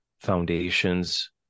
foundations